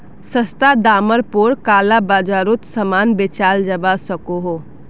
सस्ता डामर पोर काला बाजारोत सामान बेचाल जवा सकोह